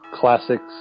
classics